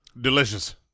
Delicious